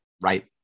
right